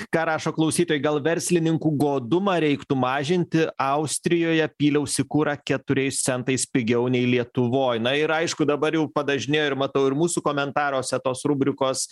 ką rašo klausytojai gal verslininkų godumą reiktų mažinti austrijoje pyliausi kurą keturiais centais pigiau nei lietuvoj na ir aišku dabar jau padažnėjo ir matau ir mūsų komentaruose tos rubrikos